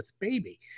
baby